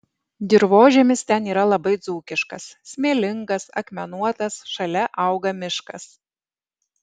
dirvožemis ten yra labai dzūkiškas smėlingas akmenuotas šalia auga miškas